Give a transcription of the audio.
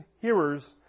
hearers